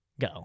go